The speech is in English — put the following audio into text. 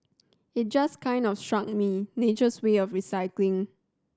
it just kind of struck me nature's way of recycling